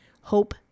Hope